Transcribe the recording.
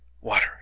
Water